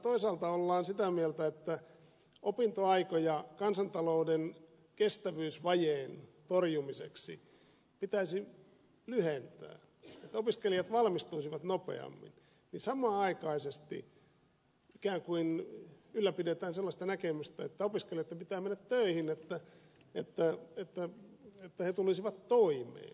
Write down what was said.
toisaalta ollaan sitä mieltä että opintoaikoja kansantalouden kestävyysvajeen torjumiseksi pitäisi lyhentää että opiskelijat valmistuisivat nopeammin mutta samanaikaisesti ikään kuin ylläpidetään sellaista näkemystä että opiskelijoitten pitää mennä töihin että he tulisivat toimeen